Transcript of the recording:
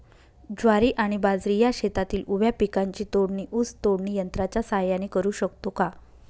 ज्वारी आणि बाजरी या शेतातील उभ्या पिकांची तोडणी ऊस तोडणी यंत्राच्या सहाय्याने करु शकतो का?